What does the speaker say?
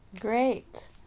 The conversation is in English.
Great